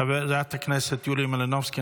חברת הכנסת יוליה מלינובסקי,